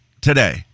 today